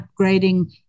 upgrading